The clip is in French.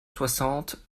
soixante